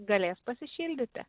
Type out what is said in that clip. galės pasišildyti